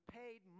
paid